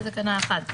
בתקנה (1)